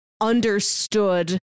understood